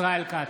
ישראל כץ,